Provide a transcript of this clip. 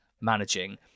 managing